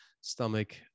stomach